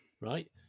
right